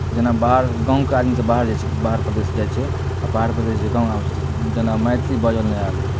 जेना बाहर गाँवके आदमीसभ बाहर जाइ छै बाहर परदेश जाइ छै आ बाहर परदेशसँ जे गाँव अबै छै जेना मैथिली बाजल नहि आयल